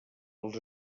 els